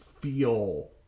feel